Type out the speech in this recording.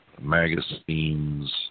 magazines